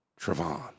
Travon